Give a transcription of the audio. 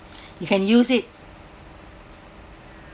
you can use it